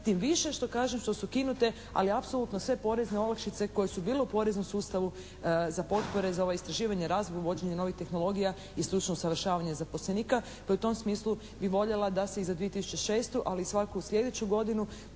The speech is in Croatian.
tim više što kažem što su ukinute, ali apsolutno sve porezne olakšice koje su bile u poreznom sustavu za potpore, za ova istraživanja, razvoj, uvođenje novih tehnologija i stručno usavršavanje zaposlenika pa u tom smislu bi voljela da se i za 2006. ali i svaku sljedeću godinu